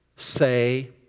Say